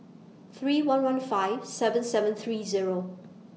three one one five seven seven three Zero